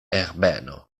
herbeno